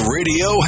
Radio